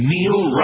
Neil